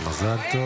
אתה רואה